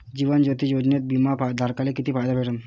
जीवन ज्योती योजनेत बिमा धारकाले किती फायदा भेटन?